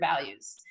values